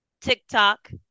TikTok